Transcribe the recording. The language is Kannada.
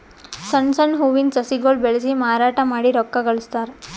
ಸಣ್ಣ್ ಸಣ್ಣ್ ಹೂವಿನ ಸಸಿಗೊಳ್ ಬೆಳಸಿ ಮಾರಾಟ್ ಮಾಡಿ ರೊಕ್ಕಾ ಗಳಸ್ತಾರ್